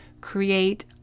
create